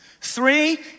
Three